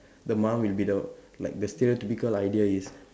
the mum will be the like the stereotypical idea is